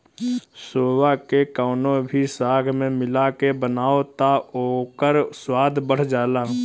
सोआ के कवनो भी साग में मिला के बनाव तअ ओकर स्वाद बढ़ जाला